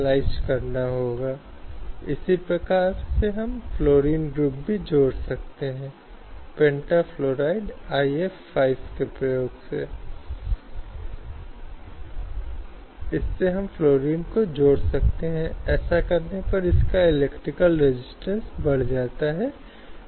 इसलिए श्रम कानून एक विशिष्ट कानून के माध्यम से यह सुनिश्चित करता है कि कुछ महीनों के लिए विशिष्ट छुट्टीयों की एक विशिष्ट संख्या है जो महिलाओं को दी जाती हैं जो यह सुनिश्चित करने के लिए मातृत्व के रास्ते पर है